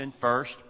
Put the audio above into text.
First